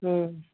ꯑꯪ